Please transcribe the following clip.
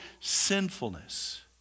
sinfulness